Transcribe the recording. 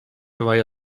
via